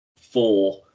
four